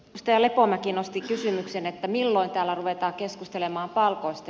edustaja lepomäki nosti kysymyksen milloin täällä ruvetaan keskustelemaan palkoista